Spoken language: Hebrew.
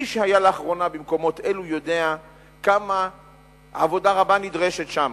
מי שהיה לאחרונה במקומות אלו יודע כמה עבודה רבה נדרשת שם